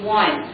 one